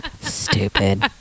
Stupid